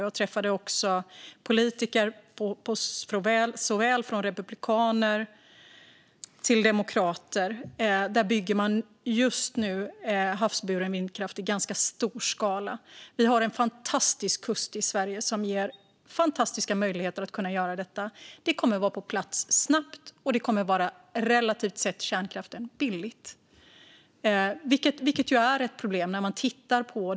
Jag träffade också politiker från såväl Republikanerna som Demokraterna. I USA bygger man just nu havsburen vindkraft i ganska stor skala. Vi har en kust i Sverige som ger fantastiska möjligheter att göra detta. Det kommer att vara på plats snabbt, och det kommer jämfört med kärnkraften att vara relativt billigt.